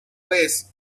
vez